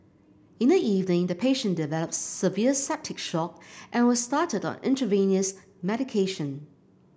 in the evening the patient developed severe septic shock and was started on intravenous medication